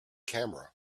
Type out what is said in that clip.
camera